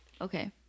okay